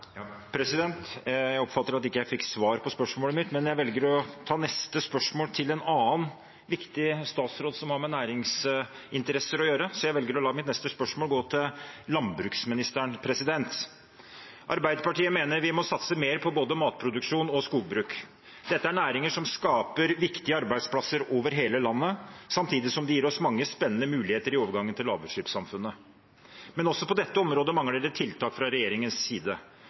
Jeg oppfattet at jeg ikke fikk svar på spørsmålet mitt, men jeg velger å stille neste spørsmål til en annen viktig statsråd som har med næringsinteresser å gjøre. Jeg velger å la mitt neste spørsmål gå til landbruksministeren. Arbeiderpartiet mener vi må satse mer på både matproduksjon og skogbruk. Dette er næringer som skaper viktige arbeidsplasser over hele landet, samtidig som de gir oss mange spennende muligheter i overgangen til lavutslippssamfunnet. Men også på dette området mangler det tiltak fra regjeringens side.